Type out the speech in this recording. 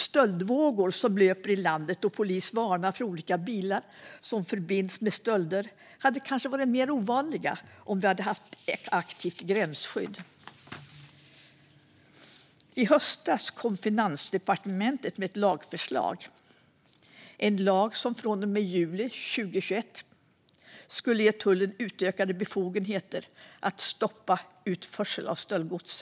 Stöldvågor som löper i landet, då polis varnar för olika bilar som förbinds med stölder, hade kanske varit mer ovanliga om vi hade haft ett gränsskydd. I höstas kom Finansdepartementet med ett lagförslag. Det gällde en lag som från och med juli 2021 skulle ge tullen utökade befogenheter att stoppa utförsel av stöldgods.